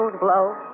blow